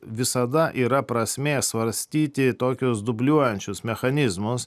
visada yra prasmė svarstyti tokius dubliuojančius mechanizmus